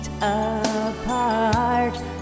Apart